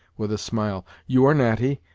with a smile you are natty,